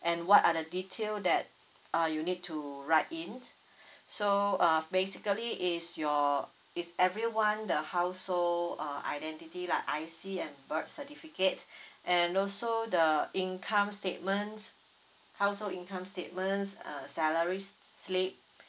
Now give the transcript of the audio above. and what are the detail that uh you need to write in so uh basically is your is everyone the household uh identity lah I_C and birth certificates and also the income statements household income statements uh salary s~ slip